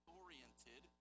oriented